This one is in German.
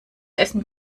essen